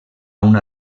una